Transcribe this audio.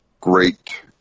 great